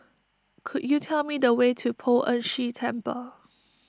could you tell me the way to Poh Ern Shih Temple